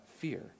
fear